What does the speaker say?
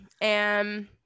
And-